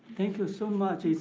thank you so much.